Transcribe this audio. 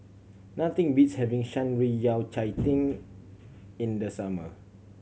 nothing beats having Shan Rui Yao Cai Tang in the summer